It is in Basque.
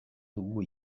dugu